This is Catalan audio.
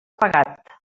pagat